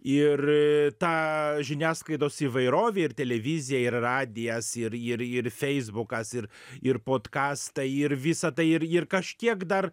ir ta žiniasklaidos įvairovė ir televizija ir radijas ir ir ir feisbukas ir ir podkastai ir visa tai ir ir kažkiek dar